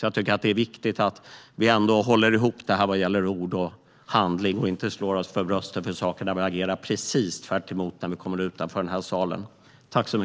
Jag tycker att det är viktigt att vi håller ihop ord och handling och inte slår oss för bröstet för saker där vi agerar precis tvärtom när vi kommer utanför denna sal.